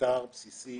במחקר בסיסי